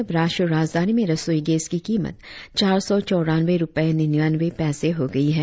अब राष्टीय राजधानी में रसोई गैस की कीमत चार सौ चौरानवें रुपये निन्यानवे पैसे हो गई है